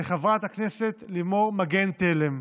לחברת הכנסת לימור מגן תלם,